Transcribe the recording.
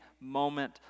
moment